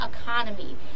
economy